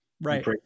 Right